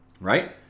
right